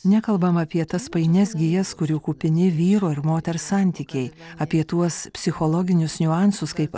nekalbam apie tas painias gijas kurių kupini vyro ir moters santykiai apie tuos psichologinius niuansus kaip